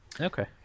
Okay